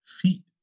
feet